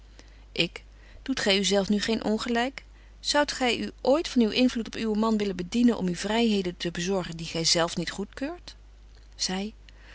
ik doet gy u zelf nu geen ongelyk zoudt gy u ooit van uw invloed op uwen man willen bedienen om u vryheden te bezorgen die gy zelf niet goedkeurt zy